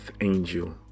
angel